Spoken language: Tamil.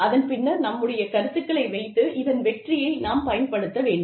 அதன் பின்னர் நம்முடைய கருத்துகளை வைத்து இதன் வெற்றியை நாம் பயன்படுத்த வேண்டும்